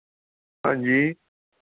ਹਾਂਜੀ